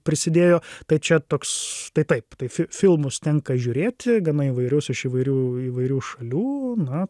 prisidėjo tai čia toks tai taip tai fi filmus tenka žiūrėti gana įvairius iš įvairių įvairių šalių na